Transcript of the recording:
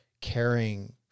caring